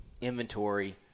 inventory